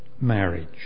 marriage